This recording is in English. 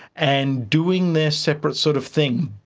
and doing their separate sort of thing.